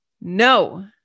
No